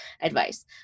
advice